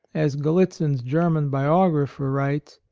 as gallitzin's german biographer writes,